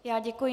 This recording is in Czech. Já děkuji.